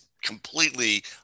Completely